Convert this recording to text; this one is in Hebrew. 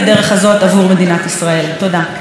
תודה רבה לחברת הכנסת תמר זנדברג.